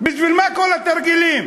בשביל מה כל התרגילים?